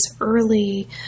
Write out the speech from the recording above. early